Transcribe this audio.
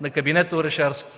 на кабинета Орешарски.